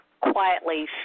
quietly